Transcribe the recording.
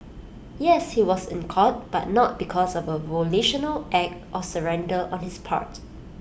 yes he was in court but not because of A volitional act of surrender on his part